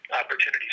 opportunities